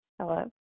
Hello